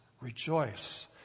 Rejoice